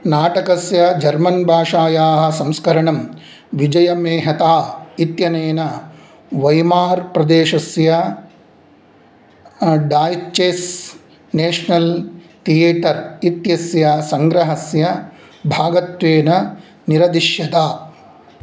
नाटकस्य जर्मन् भाषायाः संस्करणं विजयमेहता इत्यनेन वैमार् प्रदेशस्य डाय्चेस् नेशनल् थियेटर् इत्यस्य सङ्ग्रहस्य भागत्वेन निरदिश्यत